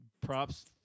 props